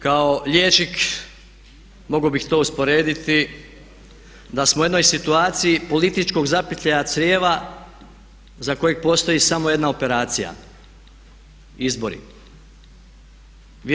Kao liječnik mogao bih to usporediti da smo u jednoj situaciji političkog zapetljaja crijeva za kojeg postoji samo jedna operacija, izbori.